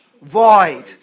void